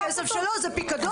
זה כסף שלו, זה פיקדון.